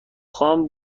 خان